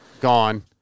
gone